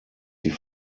die